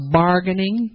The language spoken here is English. bargaining